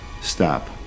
Stop